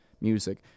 music